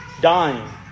dying